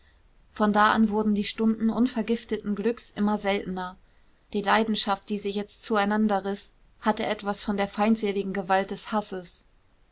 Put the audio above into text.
von da an wurden die stunden unvergifteten glücks immer seltener die leidenschaft die sie jetzt zueinander riß hatte etwas von der feindseligen gewalt des hasses